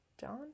John